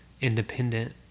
independent